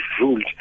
ruled